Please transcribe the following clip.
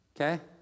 okay